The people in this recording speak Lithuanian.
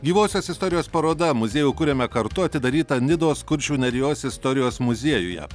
gyvosios istorijos paroda muziejų kuriame kartu atidaryta nidos kuršių nerijos istorijos muziejuje